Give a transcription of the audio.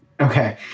Okay